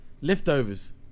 leftovers